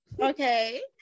okay